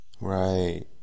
Right